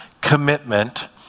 commitment